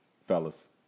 fellas